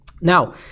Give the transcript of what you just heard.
Now